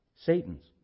Satan's